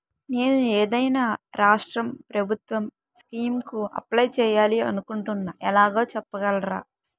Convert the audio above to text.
నేను ఏదైనా రాష్ట్రం ప్రభుత్వం స్కీం కు అప్లై చేయాలి అనుకుంటున్నా ఎలాగో చెప్పగలరా?